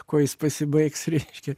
kuo jis pasibaigs reiškia